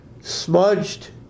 smudged